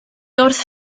wrth